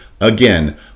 again